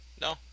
no